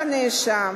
הודאת הנאשם